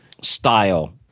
style